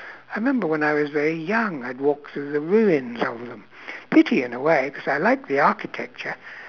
I remember when I was very young I'd walk through the ruins of them pity in a way cause I like the architecture